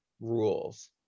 rules